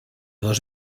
dos